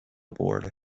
board